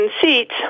seats